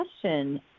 question